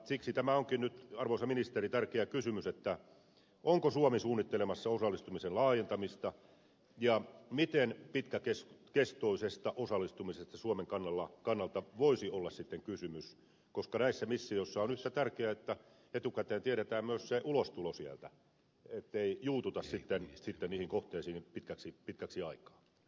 siksi onkin nyt arvoisa ministeri tärkeä kysymys se että onko suomi suunnittelemassa osallistumisen laajentamista ja miten pitkäkestoisesta osallistumisesta suomen kannalta voisi olla sitten kysymys koska näissä missioissa on yhtä tärkeää että etukäteen tiedetään myös se ulostulo sieltä ettei juututa sitten niihin kohteisiin pitkäksi aikaa